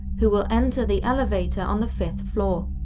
who will enter the elevator on the fifth floor.